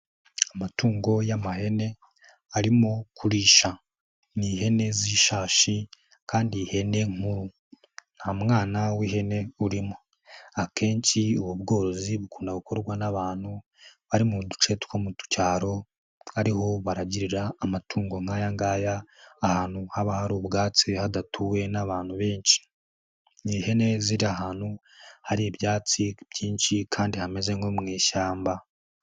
Amatungo y'amahene arimo kurisha, ni ihene z'ishashi kandi ihene nkuru, nta mwana w'ihene urimo, akenshi ubu bworozi bukunda gukorwa n'abantu bari mu duce two mu cyaro ari ho baragirira amatungo nk'aya ngaya, ahantu haba hari ubwatsi hadatuwe n'abantu benshi, ni ihene ziri ahantu hari ibyatsi byinshi kandi hameze nko mu ishyamba.